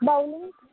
bowlings